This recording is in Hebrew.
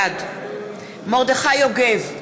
בעד מרדכי יוגב,